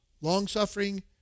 long-suffering